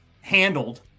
handled